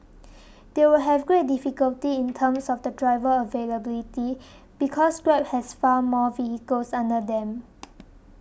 they will have great difficulty in terms of the driver availability because Grab has far more vehicles under them